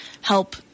help